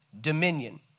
dominion